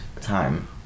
time